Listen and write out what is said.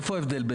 איפה ההבדל?